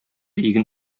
иген